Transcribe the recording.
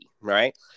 right